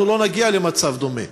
אנחנו לא נגיע למצב דומה.